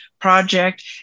project